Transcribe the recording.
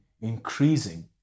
increasing